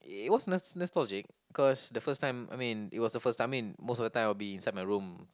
it was nos~ nostalgic because the first time I mean it was a first time I mean most of the time I will be inside my room